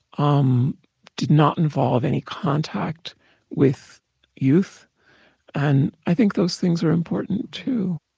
um did not involve any contact with youth and i think those things are important too.